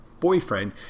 boyfriend